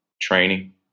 training